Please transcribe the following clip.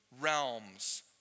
realms